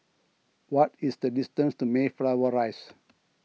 what is the distance to Mayflower Rise